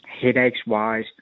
Headaches-wise